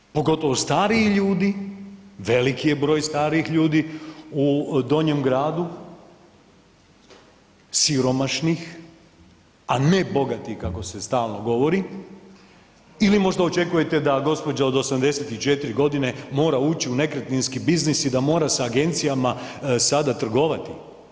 Ljudi, pogotovo stariji ljudi, veliki je broj starijih ljudi u donjem gradu, siromašnih, a ne bogatih kako se stalno govori ili možda očekujete da gospođa od 84.g. mora ući u nekretninski biznis i da mora sa agencijama sada trgovati?